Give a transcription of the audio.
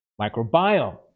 microbiome